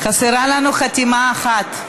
חסרה לנו חתימה אחת.